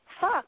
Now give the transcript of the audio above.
fuck